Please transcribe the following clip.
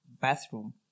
bathroom